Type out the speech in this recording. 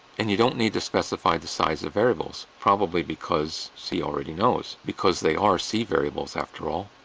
and you don't need to specify the size of variables, probably because c already knows, because they are c variables after all.